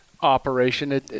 operation